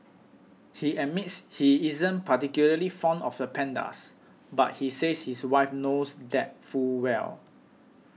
he admits he isn't particularly fond of the pandas but says his wife knows that full well